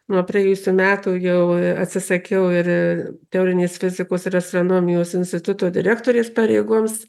nuo praėjusių metų jau atsisakiau ir teorinės fizikos ir astronomijos instituto direktorės pareigos